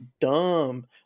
dumb